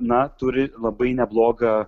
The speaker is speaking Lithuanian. na turi labai neblogą